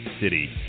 City